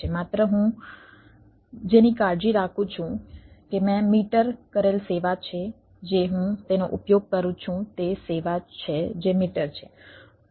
માત્ર હું જેની કાળજી રાખું છું કે મેં મીટર કરેલ સેવા છે જે હું તેનો ઉપયોગ કરું છું તે સેવા છે જે મીટર છે